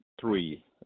three